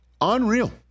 unreal